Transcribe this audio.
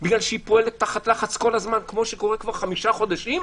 כי היא פועלת תחת לחץ כל הזמן כפי שהיא פועלת חמישה חודשים,